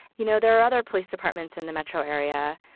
you know, there are other police departments in the metro area.